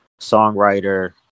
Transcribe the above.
songwriter